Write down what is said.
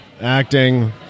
acting